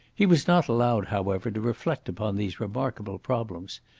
he was not allowed, however, to reflect upon these remarkable problems.